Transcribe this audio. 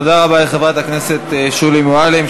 תודה רבה לחברת הכנסת שולי מועלם,